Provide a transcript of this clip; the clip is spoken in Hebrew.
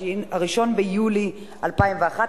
1 ביולי 2011,